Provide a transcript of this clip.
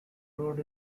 road